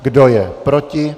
Kdo je proti?